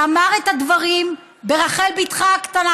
ואמר את הדברים ברחל בתך הקטנה,